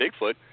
Bigfoot